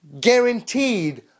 guaranteed